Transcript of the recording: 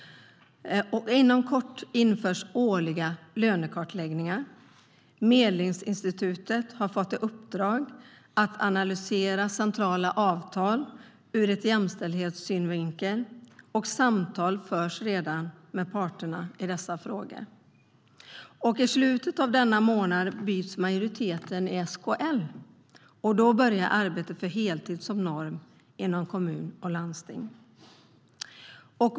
Inom kort införs årliga lönekartläggningar. Medlingsinstitutet har fått i uppdrag att analysera centrala avtal ur jämställdhetssynvinkel, och samtal förs redan med parterna i dessa frågor.I slutet av denna månad byts majoriteten i SKL. Då börjar arbetet för heltid som norm inom kommuner och landsting.